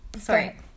sorry